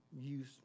use